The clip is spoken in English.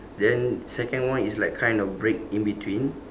then second one is like kind of break in between